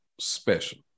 special